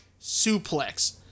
suplex